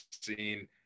seen